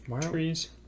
trees